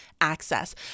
access